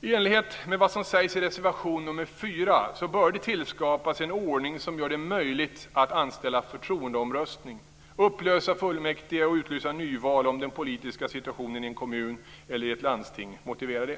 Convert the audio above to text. I enlighet med vad som sägs i reservation nr 4 bör det tillskapas en ordning som gör det möjligt att anställa förtroendeomröstning, upplösa fullmäktige och utlysa nyval, om den politiska situationen i en kommun eller ett landsting motiverar det.